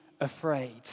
afraid